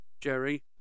Jerry